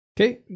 Okay